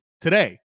today